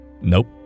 Nope